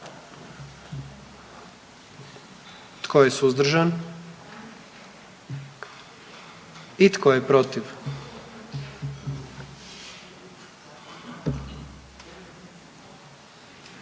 Tko je suzdržan? I tko je protiv?